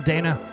Dana